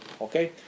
okay